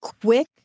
quick